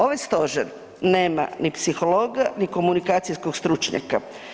Ovaj Stožer nema ni psihologa ni komunikacijskog stručnjaka.